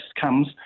comes